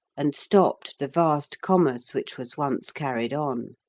and stopped the vast commerce which was once carried on.